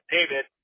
David